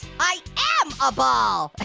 i am a ball